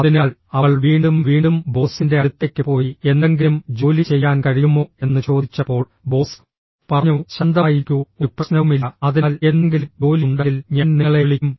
അതിനാൽ അവൾ വീണ്ടും വീണ്ടും ബോസിന്റെ അടുത്തേക്ക് പോയി എന്തെങ്കിലും ജോലി ചെയ്യാൻ കഴിയുമോ എന്ന് ചോദിച്ചപ്പോൾ ബോസ് പറഞ്ഞു ശാന്തമായിരിക്കൂ ഒരു പ്രശ്നവുമില്ല അതിനാൽ എന്തെങ്കിലും ജോലി ഉണ്ടെങ്കിൽ ഞാൻ നിങ്ങളെ വിളിക്കും